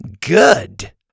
Good